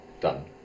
Done